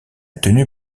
tenue